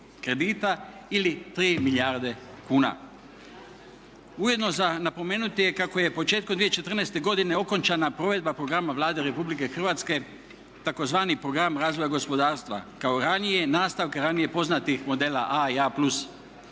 kredita ili 3 milijarde kuna. Ujedno za napomenuti je kako je početkom 2014. godine okončana provedba programa Vlade RH tzv. Program razvoja gospodarstva kao ranije, nastavka ranije poznatih modela A i A